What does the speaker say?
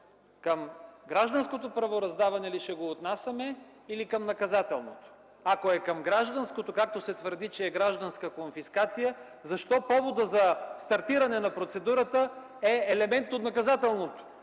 към гражданското правораздаване ли ще го отнасяме, или към наказателното? Ако е към гражданското (както се твърди, че е гражданска конфискация), защо поводът за стартиране на процедурата е елемент от наказателното?